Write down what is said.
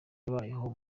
abayeho